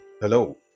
Hello